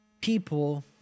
people